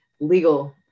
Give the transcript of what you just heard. legal